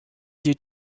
due